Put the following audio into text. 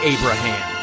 Abraham